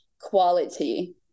quality